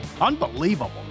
unbelievable